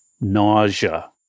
nausea